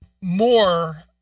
more